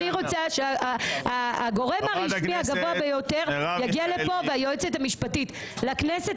אני רוצה שהגורם הרשמי הגבוה ביותר יגיע לפה היועצת המשפטית לכנסת,